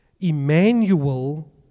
Emmanuel